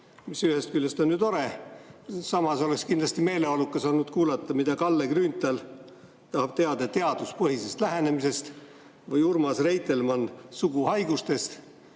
mis ühest küljest on ju tore, samas oleks kindlasti meeleolukas olnud kuulata, mida Kalle Grünthal tahab teada teaduspõhisest lähenemisest või Urmas Reitelmann suguhaigustest